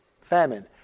famine